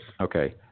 Okay